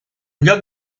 lloc